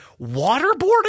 waterboarding